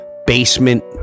basement